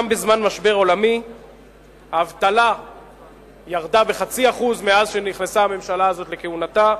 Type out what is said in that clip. גם בזמן משבר עולמי האבטלה ירדה ב-0.5% מאז נכנסה הממשלה הזאת לכהונתה,